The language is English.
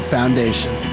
Foundation